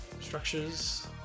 structures